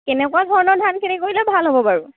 কেনেকুৱা ধৰণৰ ধান খেতি কৰিলে ভাল হ'ব বাৰু